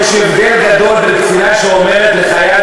יש הבדל גדול בין קצינה שאומרת לחייל